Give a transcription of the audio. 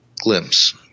glimpse